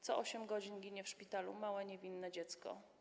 Co 8 godzin ginie w szpitalu małe, niewinne dziecko.